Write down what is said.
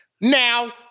Now